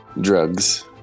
Drugs